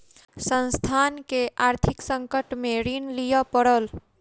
संस्थान के आर्थिक संकट में ऋण लिअ पड़ल